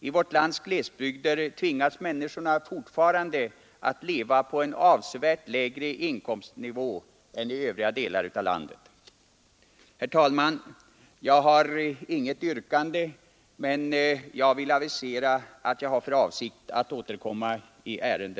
I vårt lands glesbygder tvingas människorna fortfarande att leva på en avsevärt lägre inkomstnivå än man har i övriga delar av landet. Herr talman! Jag ställer inget yrkande men vill avisera att jag har för avsikt att återkomma senare i ärendet.